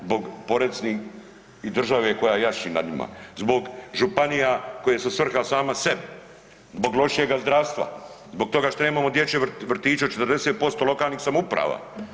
Zbog poreza i države koja jaši nad njima zbog županija koje su svrha same sebi, zbog lošega zdravstva, zbog toga što nemamo dječje vrtiće u 40% lokalnih samouprava.